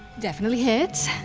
definitely hits,